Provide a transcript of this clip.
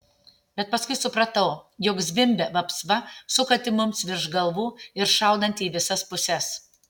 bet paskui supratau jog zvimbia vapsva sukanti mums virš galvų ir šaudanti į visas puses